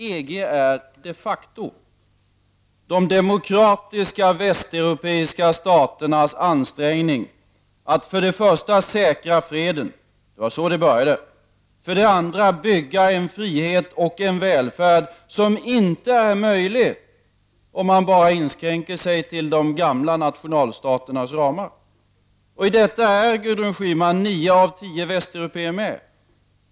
EG är de facto de demokratiska västeuropeiska staternas ansträngning att för det första säkra freden — det var så det började — och för det andra att bygga en frihet och en välfärd som inte är möjlig om man inskränker sig till de gamla nationalstaternas ramar. I detta samarbete är, Gudrun Schyman, nio av tio västeuropeer med.